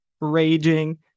raging